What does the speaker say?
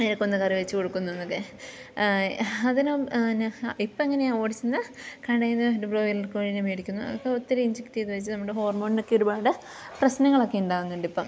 അതിനെ കൊന്നു കറി വെച്ചു കൊടുക്കുന്നു എന്നൊക്കെ അതിന് നെ ഇപ്പം എങ്ങനെയാണ് ഓടിച്ചെന്ന് കടയിൽ നിന്ന് ബ്രോയിലർ കോഴീനെ മേടിക്കുന്നു അതൊക്കെ ഒത്തിരി ഇഞ്ചക്ട് ചെയ്തു വെച്ച് നമ്മുടെ ഹോർമോണിനൊക്കെ ഒരുപാട് പ്രശ്നങ്ങളൊക്കെ ഉണ്ടാകുന്നുണ്ട് ഇപ്പം